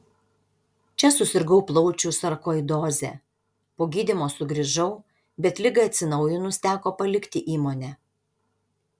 čia susirgau plaučių sarkoidoze po gydymo sugrįžau bet ligai atsinaujinus teko palikti įmonę